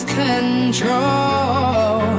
control